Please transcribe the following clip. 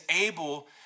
able